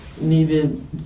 needed